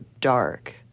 dark